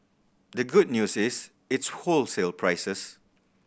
the good news is its wholesale prices